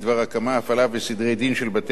הפעלה וסדרי-דין של בתי-הדין המינהליים.